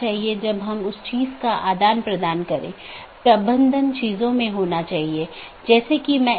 इसलिए इसमें केवल स्थानीय ट्रैफ़िक होता है कोई ट्रांज़िट ट्रैफ़िक नहीं है